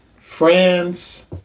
France